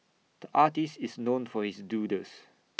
the artist is known for his doodles